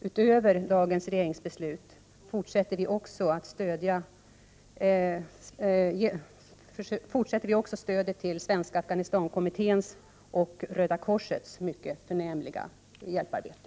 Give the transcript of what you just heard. Utöver dagens regeringbeslut fortsätter vi stödet till Svenska Afghanistankommitténs och Röda korsets mycket förnämliga hjälparbete.